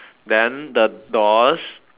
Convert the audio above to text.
then the doors